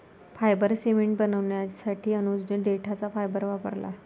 fibre cement बनवण्यासाठी अनुजने देठाचा फायबर वापरला